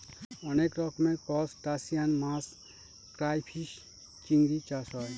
অনেক রকমের ত্রুসটাসিয়ান মাছ ক্রাইফিষ, চিংড়ি চাষ হয়